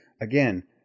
Again